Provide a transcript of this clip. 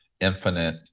infinite